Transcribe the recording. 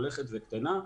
הולכת וקטנה.